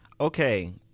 Okay